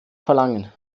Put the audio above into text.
verlangen